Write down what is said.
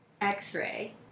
X-Ray